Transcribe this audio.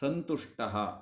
सन्तुष्टः